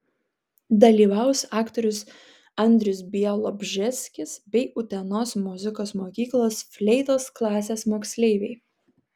dalyvaus aktorius andrius bialobžeskis bei utenos muzikos mokyklos fleitos klasės moksleiviai